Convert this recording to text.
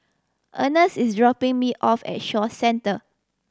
Earnest is dropping me off at Shaw Centre